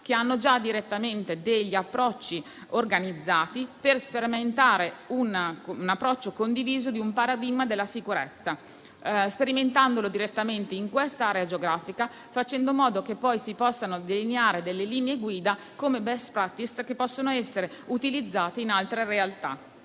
e del Comune di Milano, che sono già organizzate, per sperimentare come approccio condiviso un paradigma della sicurezza, sperimentandolo direttamente in quest'area geografica, facendo in modo che poi si possano delineare linee guida quali *best practice* che possono essere utilizzate in altre realtà.